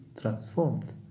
transformed